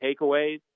takeaways